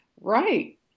Right